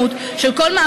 של כל התארגנות,